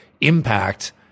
impact